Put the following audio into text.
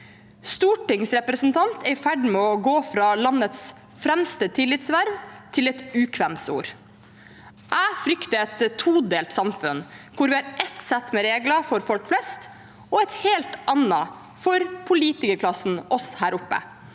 «stortingsrepresentant» er i ferd med å gå fra landets fremste tillitsverv til et ukvemsord. Jeg frykter et todelt samfunn, hvor vi har ett sett med regler for folk flest og et helt annet for politikerklassen, oss her oppe